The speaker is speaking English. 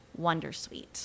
wondersuite